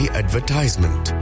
advertisement